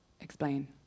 Explain